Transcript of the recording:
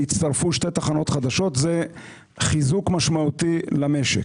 יצטרפו שתי תחנות חדשות, וזה חיזוק משמעותי למשק.